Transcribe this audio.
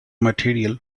material